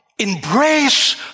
embrace